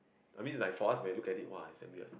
I mean like for us when we look at it !wah! its damn weird